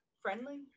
Friendly